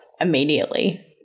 immediately